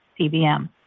CBM